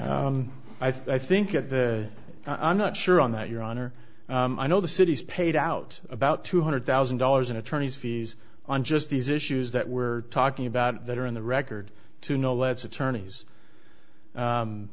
i think at the i'm not sure on that your honor i know the city's paid out about two hundred thousand dollars in attorney's fees on just these issues that we're talking about that are on the record to